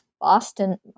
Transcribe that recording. Boston